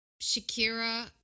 shakira